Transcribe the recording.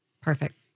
Perfect